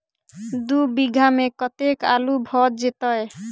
दु बीघा मे कतेक आलु भऽ जेतय?